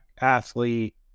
athlete